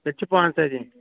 تیٚلہِ چھُ پانٛژتٲجی